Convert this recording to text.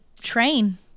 train